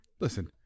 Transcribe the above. Listen